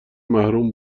محروم